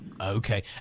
Okay